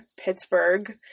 Pittsburgh